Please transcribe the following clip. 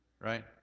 Right